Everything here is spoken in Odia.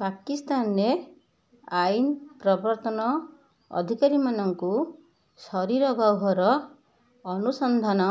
ପାକିସ୍ତାନରେ ଆଇନ୍ ପ୍ରବର୍ତ୍ତନ ଅଧିକାରୀମାନଙ୍କୁ ଶରୀର ଗହ୍ଵର ଅନୁସନ୍ଧାନ